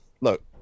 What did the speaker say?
look